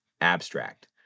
abstract